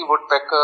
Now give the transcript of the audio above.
woodpecker